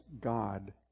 God